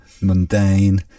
mundane